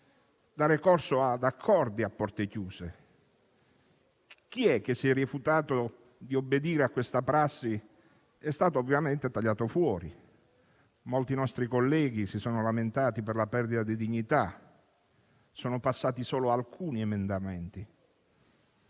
dal Governo e ad accordi a porte chiuse. Chi si è rifiutato di obbedire a questa prassi è stato, ovviamente, tagliato fuori. Molti nostri colleghi si sono lamentati per la perdita di dignità. Sono passati solo alcuni emendamenti.